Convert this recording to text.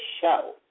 show